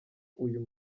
uyu